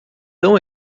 tão